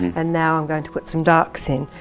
and now i'm going to put some darks in,